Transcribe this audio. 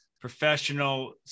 professional